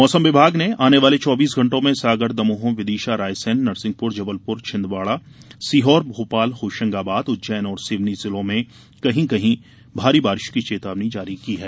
मौसम विभाग ने आने वाले चौबीस घंटों में सागर दमोह विदिशा रायसेन नरसिंहपुर जबलपुर छिंदवाड़ा सीहोर भोपाल होशंगाबाद उज्जैन और सिवनी जिलों में कहीं कहीं भारी बारिश की चेतावनी जारी की है